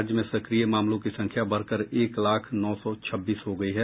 राज्य में सक्रिय मामलों की संख्या बढ़ कर एक लाख नौ सौ छब्बीस हो गई है